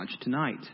tonight